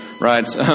right